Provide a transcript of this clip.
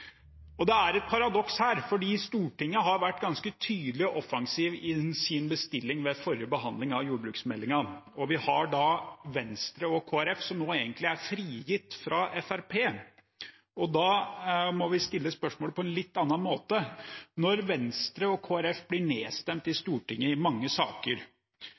Det er et paradoks her, for Stortinget har vært ganske tydelig og offensiv i sin bestilling ved forrige behandling av jordbruksmeldingen. Nå er da Venstre og Kristelig Folkeparti egentlig frigitt fra Fremskrittspartiet. Da må vi stille spørsmålet på en litt annen måte: Når Venstre og Kristelig Folkeparti blir nedstemt i Stortinget i mange saker,